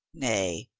nay,